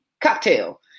cocktail